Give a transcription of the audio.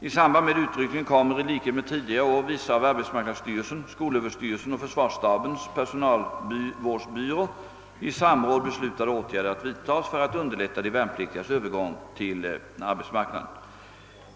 I samband med utryckningen kommer i likhet med tidigare år vissa av arbetsmarknadsstyrelsen, skolöverstyrelsen och försvarsstabens personalvårdsbyrå i samråd beslutade åtgärder att vidtas för att underlätta de värnpliktigas övergång till arbetsmarknaden.